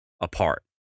apart